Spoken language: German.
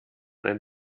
ein